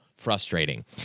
frustrating